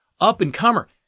up-and-comer